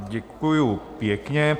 Děkuji pěkně.